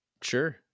Sure